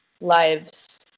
lives